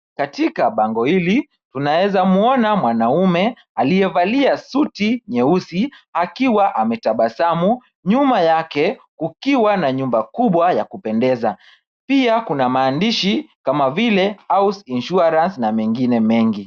Katika bango hili, tunaeza mwona mwanaume aliyevalia suti nyeusi akiwa ametabasamu, nyuma yake kukiwa na nyumba kubwa ya kupendeza. Pia kuna maandishi kama vile, House Insurance na mengine mengi.